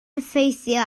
effeithio